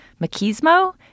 machismo